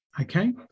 Okay